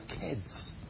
kids